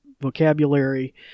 vocabulary